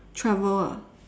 travel ah